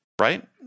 right